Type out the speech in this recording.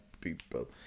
people